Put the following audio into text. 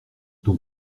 ton